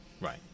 Right